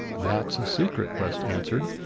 that's a secret, west answered.